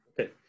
okay